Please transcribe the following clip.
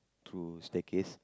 to staircase